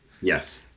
Yes